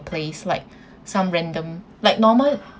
placed like some random like normal